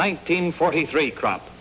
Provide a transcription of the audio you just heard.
nineteen forty three crop